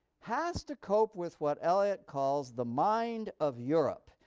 has to cope with what eliot calls the mind of europe,